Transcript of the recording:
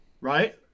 Right